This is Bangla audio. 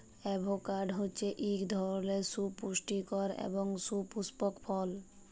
এভকাড হছে ইক ধরলের সুপুষ্টিকর এবং সুপুস্পক ফল